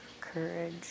courage